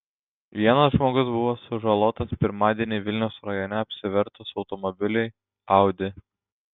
vienas žmogus buvo sužalotas pirmadienį vilniaus rajone apsivertus automobiliui audi